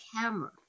camera